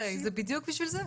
בדיוק בשביל זה.